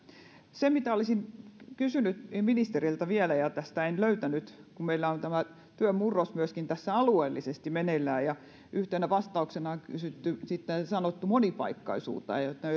olisin kysynyt ministeriltä vielä tästä mitä en löytänyt kun meillä on työn murros myöskin tässä alueellisesti meneillään ja yhtenä vastauksena on sanottu sitten monipaikkaisuutta